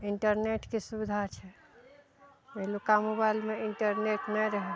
इंटरनेटके सुविधा छै पहिलुक्का मोबाइलमे इंटरनेट नहि रहय